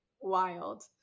wild